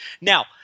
Now